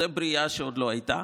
זאת בריאה שעוד לא הייתה.